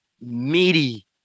meaty